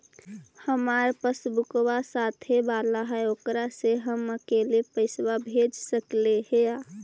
हमार पासबुकवा साथे वाला है ओकरा से हम अकेले पैसावा भेज सकलेहा?